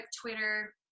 Twitter